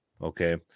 Okay